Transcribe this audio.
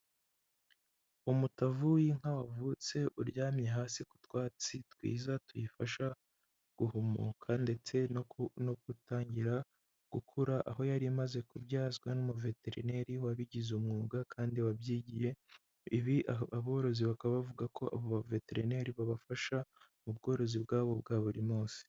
Umutavu w'inka wavutse uryamye hasi ku twatsi twiza tuyifasha guhumuka ndetse no gutangira gukura, aho yari imaze kubyazwa n'umuveterineri wabigize umwuga kandi wabyigiye, ibi aborozi bakaba bavuga ko abo baveterineri babafasha mu bworozi bwabo bwa buri munsi.